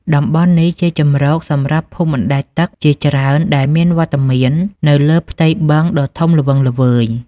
តំបន់នេះជាជម្រកសម្រាប់ភូមិបណ្ដែតទឹកជាច្រើនដែលមានវត្តមាននៅលើផ្ទៃបឹងដ៏ធំល្វឹងល្វើយ។